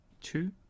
two